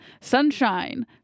Sunshine